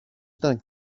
ήταν